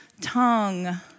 tongue